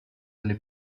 alle